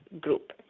group